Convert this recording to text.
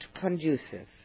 conducive